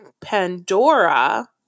Pandora